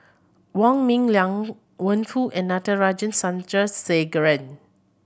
Wong Ming Liang Wenfu and Natarajan Chandrasekaran